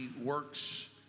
works